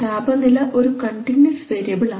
താപനില ഒരു continuous variable ആണ്